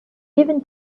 given